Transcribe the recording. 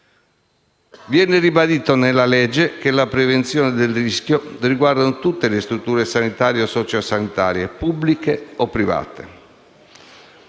Viene ribadito nel testo di legge che la prevenzione del rischio riguarda tutte le strutture sanitarie o sociosanitarie, pubbliche o private,